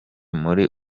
muri